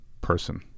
person